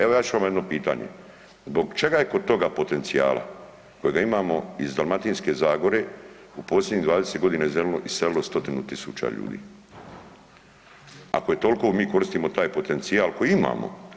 Evo ja ću vam jedno pitanje, zbog čega je kod toga potencijala kojega imamo iz Dalmatinske zagore u posljednjih 20.g. iselilo stotinu tisuća ljudi, ako je toliko mi koristimo taj potencijal koji imamo?